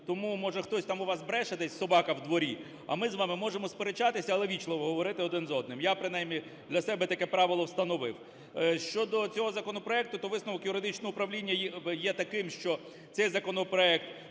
Тому, може, хтось там у вас бреше, десь собака в дворі, а ми з вами можемо сперечатися, але ввічливо говорити один з одним, я принаймні для себе таке правило встановив. Щодо цього законопроекту, то висновок юридичного управління є таким, що цей законопроект